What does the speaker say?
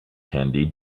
candy